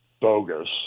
bogus